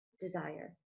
desire